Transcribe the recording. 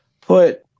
put